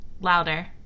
Louder